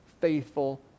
faithful